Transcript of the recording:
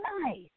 nice